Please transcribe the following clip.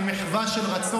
אתה השקרן הכי גדול.